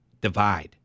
Divide